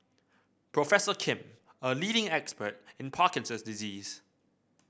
Professor Kim a leading expert in Parkinson's disease